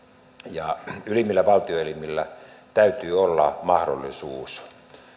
ja ylimmillä valtioelimillä täytyy olla mahdollisuus